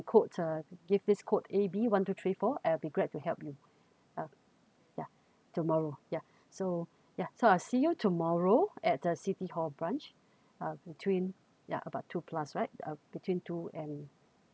code uh give this code A B one two three four I'll be glad to help you ya ya tomorrow ya so ya so I'll see you tomorrow at the city hall branch uh between ya about two plus right uh between two and